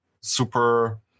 super